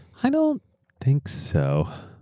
i don't think so.